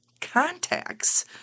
contacts